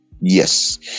Yes